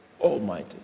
almighty